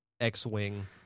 X-Wing